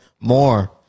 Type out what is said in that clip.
more